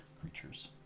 creatures